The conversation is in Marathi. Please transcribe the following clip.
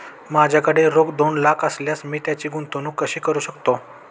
माझ्याकडे रोख दोन लाख असल्यास मी त्याची गुंतवणूक कशी करू शकतो?